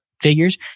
Figures